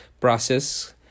process